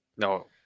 No